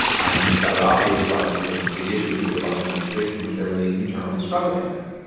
and it's rather obvious why this is a big issue for the obama administration, which they're really internally struggling with.